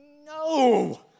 No